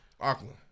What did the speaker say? Auckland